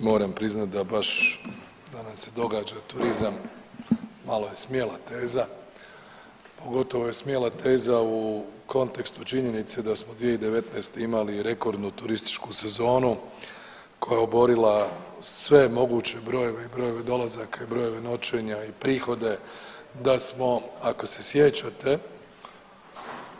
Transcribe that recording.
Moram priznat da baš, da nam se događa turizam, malo je smjela teza, pogotovo je smjela teza u kontekstu činjenice da smo 2019. imali rekordnu turističku sezonu koja je oborila sve moguće brojeve i brojeve dolazaka i brojeve noćenja i prihode, da smo ako se sjećate